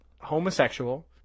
homosexual